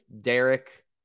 derek